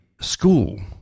school